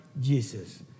Jesus